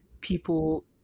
people